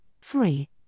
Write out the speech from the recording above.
free